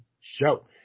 show